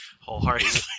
wholeheartedly